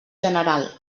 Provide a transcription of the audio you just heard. general